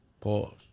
Pause